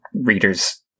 readers